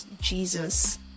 Jesus